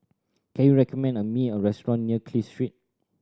can you recommend me a restaurant near Clive Street